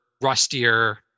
rustier